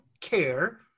care